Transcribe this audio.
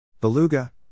Beluga